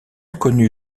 inconnu